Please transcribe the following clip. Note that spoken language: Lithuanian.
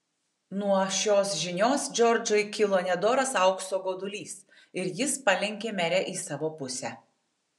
nuo šios žinios džordžui kilo nedoras aukso godulys ir jis palenkė merę į savo pusę